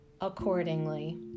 accordingly